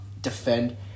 Defend